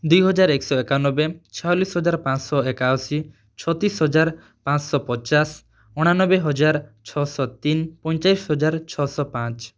ଦୁଇ ହଜାର ଏକ ଶହ ଏକାନବେ ଛୟାଲିଶ ହଜାର ପାଁଶହ ଏକାଅଶି ଛତିଶ ହଜାର ପାଁଶହ ପଚାଶ ଅଣାନବେ ହଜାର ଛଅଶହ ତିନ ପଇଁଚାଳିଶ ହଜାର ଛଅଶହ ପାଞ୍ଚ